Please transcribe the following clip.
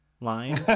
line